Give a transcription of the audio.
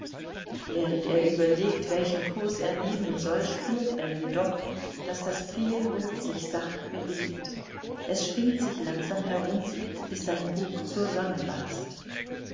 während er überlegt welchen kurs er nehmen soll spürt er jedoch daß das feenboot sich sacht bewegt es schwingt sich langsam herum bis sein bug zur sonne weist